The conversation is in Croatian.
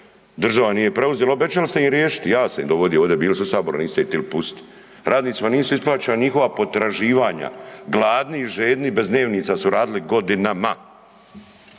država nije preuzela obećali ste im riješiti. Ja sam ih dovodio ovdje, bili su u Saboru niste ih htjeli pustit radnicima nisu isplaćena njihova potraživanja, gladni i žedni bez dnevnica su radili godinama,